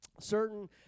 certain